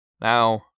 Now